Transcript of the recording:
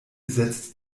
setzt